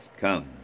Come